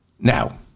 Now